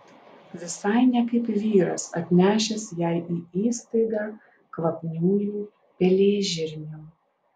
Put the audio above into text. visai ne kaip vyras atnešęs jai į įstaigą kvapniųjų pelėžirnių